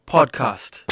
Podcast